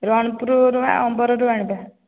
ରଣପୁର ଅମ୍ବରରୁ ଆଣିବା